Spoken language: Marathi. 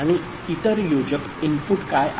आणि इतर योजक इनपुट काय आहे